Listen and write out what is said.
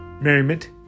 merriment